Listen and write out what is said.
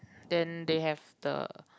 then they have the